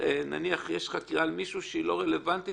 נניח יש חקירה על מישהו שהיא לא רלוונטית